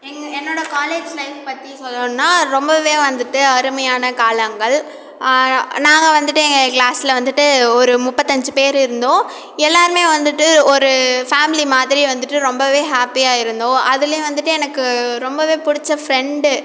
என் என்னோடய college life பற்றி சொல்லணுன்னால் ரொம்பவே வந்துட்டு அருமையான காலங்கள் நா நாங்கள் வந்துட்டு எங்கள் கிளாஸில் வந்துட்டு ஒரு முப்பத்தஞ்சு பேர் இருந்தோம் எல்லோருமே வந்துட்டு ஒரு ஃபேமிலி மாதிரி வந்துட்டு ரொம்பவே ஹேப்பியாக இருந்தோம் அதுலேயும் வந்துட்டு எனக்கு ரொம்பவே பிடிச்ச ஃப்ரெண்டு